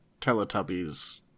Teletubbies